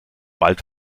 bald